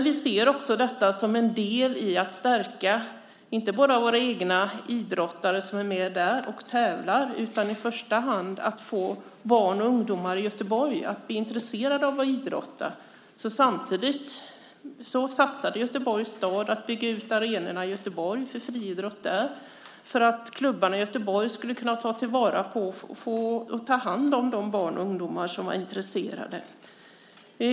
Vi ser också detta som en del i inte bara att stärka våra egna idrottare som är med och tävlar där, utan i första hand att få barn och ungdomar i Göteborg att bli intresserade av att idrotta. Samtidigt satsade Göteborgs stad på att bygga ut arenorna i Göteborg för friidrott, för att klubbarna i Göteborg skulle kunna ta hand om de barn och ungdomar som var intresserade.